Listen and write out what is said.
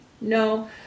No